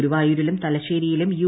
ഗുരുവായൂരിലും തലശ്ശേരിയിലും യു